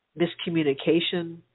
miscommunication